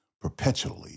perpetually